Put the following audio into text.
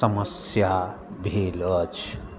समस्या भेल अछि